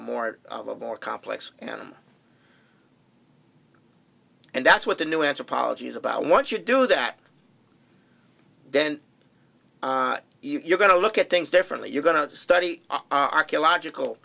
a more of a more complex animal and that's what the new anthropology is about what you do that then you're going to look at things differently you're going to study archaeological